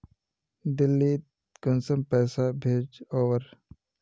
दिल्ली त कुंसम पैसा भेज ओवर?